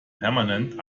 permanent